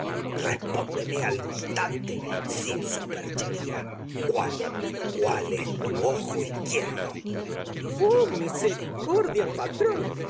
respóndeme al instante sin superchería cuál cuál es tu ojo izquierdo oh misericordia patrón